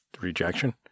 rejection